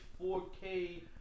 4K